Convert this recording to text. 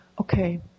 Okay